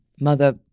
mother